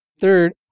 Third